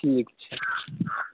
ठीक छै